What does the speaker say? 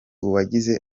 uwagize